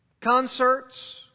concerts